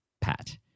Pat